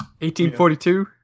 1842